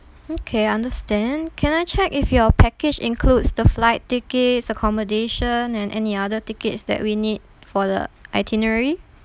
okay understand can I check if your package includes the flight tickets accommodation and any other tickets that we need for the itinerary